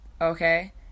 Okay